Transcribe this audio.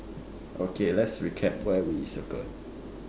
okay let's recap where we circle